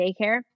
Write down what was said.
daycare